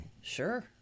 Sure